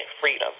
freedom